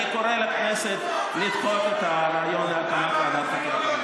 אני קורא לכנסת לדחות את הרעיון להקמת ועדת חקירה.